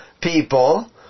people